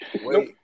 Nope